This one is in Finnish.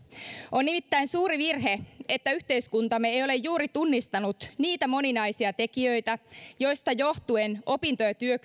on nimittäin suuri virhe että yhteiskuntamme ei ei ole juuri tunnistanut niitä moninaisia tekijöitä joista johtuen opinto ja